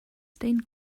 stained